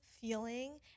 feeling